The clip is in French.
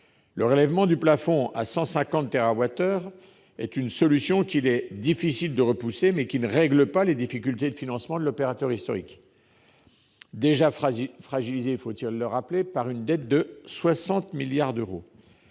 Le relèvement du plafond à 150 térawattheures est une solution difficile à repousser, mais il ne réglera pas les difficultés de financement de l'opérateur historique, déjà fragilisé, faut-il le rappeler, par une dette de 60 milliards d'euros.